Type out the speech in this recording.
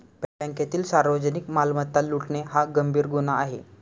बँकेतील सार्वजनिक मालमत्ता लुटणे हा गंभीर गुन्हा आहे